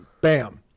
Bam